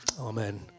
Amen